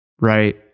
Right